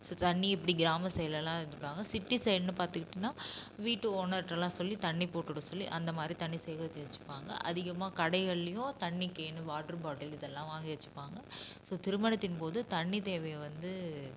so தண்ணி இப்படி கிராம சைடிலெல்லாம் எடுத்துப்பாங்க சிட்டி சைடுன்னு பார்த்துக்கிட்டிங்கன்னா வீட்டு ஓனர்கிட்டலாம் சொல்லி தண்ணி போட்டு விட சொல்லி அந்த மாதிரி தண்ணி சேகரித்து வச்சுப்பாங்க அதிகமாக கடைகள்லேயும் தண்ணிக் கேனு வாட்ரு பாட்டில் இதெல்லாம் வாங்கி வச்சுப்பாங்க ஸோ திருமணத்தின் போது தண்ணி தேவையை வந்து